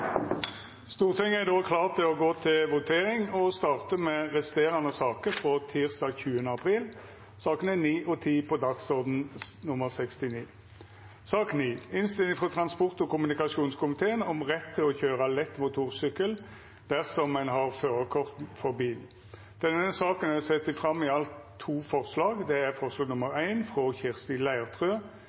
Stortinget er då klar til å gå til votering og startar med dei resterande sakene frå tysdag 20. april, sakene nr. 9 og 10 på dagsorden nr. 69. Under debatten er det sett fram to forslag. Det er forslag nr. 1, frå Kirsti Leirtrø